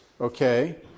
okay